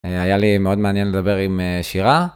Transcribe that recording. היה לי מאוד מעניין לדבר עם שירה.